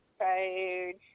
page